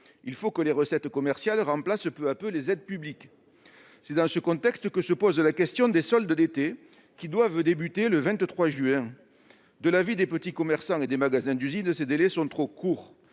Il faut que les recettes commerciales remplacent peu à peu les aides publiques. C'est dans ce contexte que se pose la question des soldes d'été, qui doivent débuter le 23 juin. De l'avis des petits commerçants- j'ai encore parlé ce